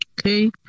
Okay